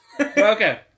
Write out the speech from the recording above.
okay